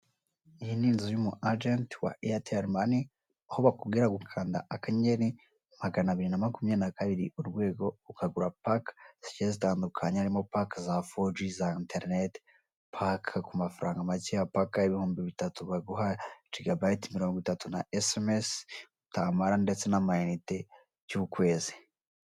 Iyi ni inzu y'umu agenti wa eyateri mani aho bakubwira ngo kanda akanyenyeri magana abiri na makumyabiri na kabiri urwego ukagura paka zigiye zitandukanye harimo paka za fogi za enterineti, paka ku mafaranga makeya paka kubihumbi bitatu baguha gigabayiti mirongo itatu na esemesi utamara ndetse n'amayinite y'ukwezi.